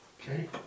Okay